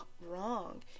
wrong